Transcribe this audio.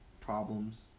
problems